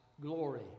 Glory